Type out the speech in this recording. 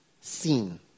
Seen